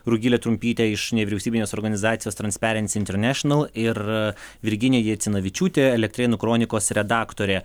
rugilė tumpytė iš nevyriausybinės organizacijos transparency international ir virginija jacinavičiūtė elektrėnų kronikos redaktorė